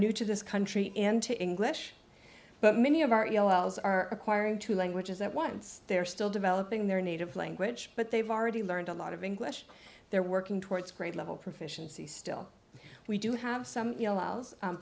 new to this country and to english but many of our l's are acquiring two languages at once they're still developing their native language but they've already learned a lot of english they're working towards grade level proficiency still we do have some